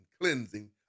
cleansing